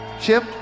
Chip